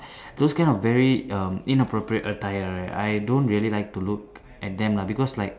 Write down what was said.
those kind of very um inappropriate attire I don't really like to look at them lah because like